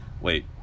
wait